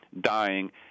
dying